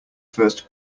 first